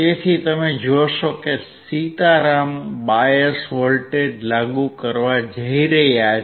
તેથી તમે જોશો કે સીતારામ બાયસ વોલ્ટેજ લાગુ કરવા જઈ રહ્યા છે